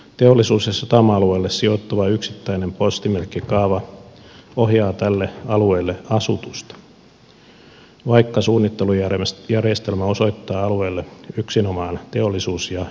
teollisuus ja satama alueelle sijoittuva yksittäinen postimerkkikaava ohjaa tälle alueelle asutusta vaikka suunnittelujärjestelmä osoittaa alueelle yksinomaan teollisuus ja työpaikkarakentamista